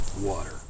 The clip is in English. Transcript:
water